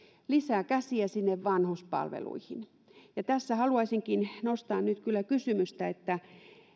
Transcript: lisää käsiä sinne vanhuspalveluihin ja tässä haluaisinkin nostaa nyt kyllä kysymystä että